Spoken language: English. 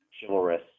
chivalrous